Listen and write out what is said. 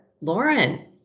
Lauren